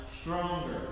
stronger